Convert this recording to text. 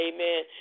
Amen